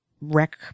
wreck